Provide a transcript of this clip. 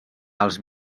els